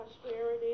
prosperity